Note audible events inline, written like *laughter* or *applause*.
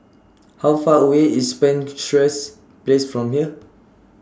*noise* How Far away IS Penshurst Place from here